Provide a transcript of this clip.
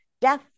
death